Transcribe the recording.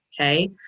Okay